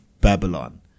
Babylon